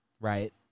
Right